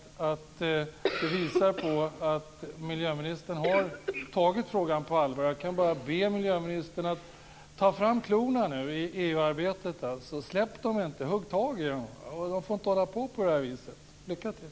Detta visar på att miljöministern har tagit frågan på allvar. Jag kan bara be miljöministern att ta fram klorna i EU-arbetet. Släpp dem inte. Hugg tag i dem. De får inte hålla på så. Lycka till!